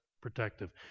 protective